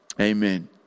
Amen